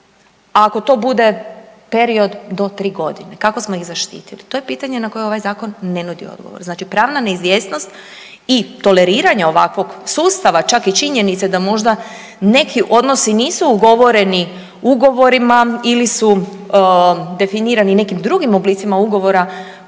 ako to bude period do 3 godine? Kako smo ih zaštitili? To je pitanje na koje ovaj zakon ne nudi odgovor. Znači pravna neizvjesnost i toleriranja ovakvog sustava, čak i činjenice da možda neki odnosi nisu ugovoreni ugovorima ili su definirani nekim drugim oblicima ugovora